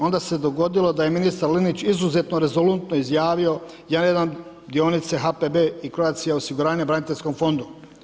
Onda se dogodilo da je ministar Linić izuzetno rezolutno izjavio ja ... dionice HPB i Croatia osiguranja braniteljskom fondu.